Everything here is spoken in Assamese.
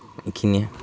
এইখিনিয়ে